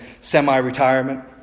semi-retirement